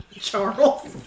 Charles